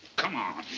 come on